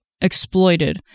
exploited